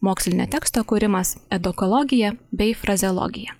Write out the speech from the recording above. mokslinio teksto kūrimas edukologija bei frazeologija